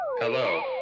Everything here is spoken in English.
Hello